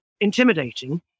intimidating